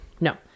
No